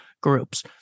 groups